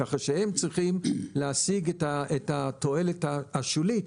ככה שהם צריכים להשיג את התועלת השולית,